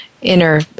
inner